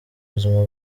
buzima